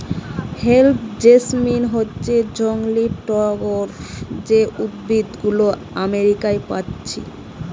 crepe jasmine হচ্ছে জংলি টগর যে উদ্ভিদ গুলো আমেরিকা পাচ্ছি